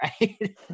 right